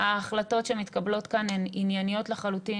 ההחלטות שמתקבלות כאן הן ענייניות לחלוטין